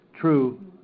true